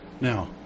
Now